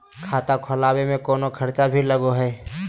खाता खोलावे में कौनो खर्चा भी लगो है?